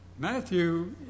Matthew